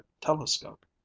telescope